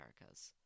Americas